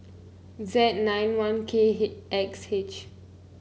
Z nine one K X H